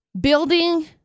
building